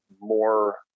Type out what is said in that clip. more